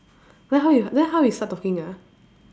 then how y~ then how we start talking ah